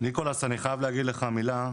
ניקולס, אני חייב להגיד לך מילה.